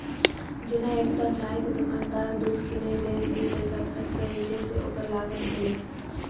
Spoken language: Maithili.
जेना एकटा चायक दोकानदार दूध कीनै लेल जे पैसा खर्च करै छै, से ओकर लागत भेलै